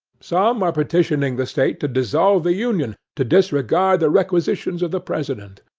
some are petitioning the state to dissolve the union to disregard the requisitions of the president.